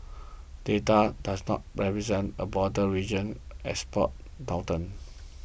data does not represent a broader regional export downturn